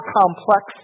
complex